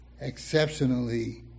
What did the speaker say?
exceptionally